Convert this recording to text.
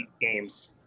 games